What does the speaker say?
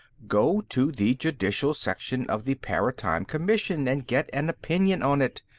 go to the judicial section of the paratime commission and get an opinion on it.